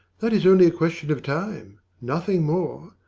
that is only a question of time. nothing more.